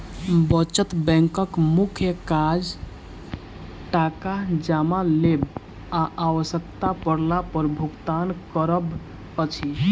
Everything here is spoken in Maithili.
बचत बैंकक मुख्य काज टाका जमा लेब आ आवश्यता पड़ला पर भुगतान करब अछि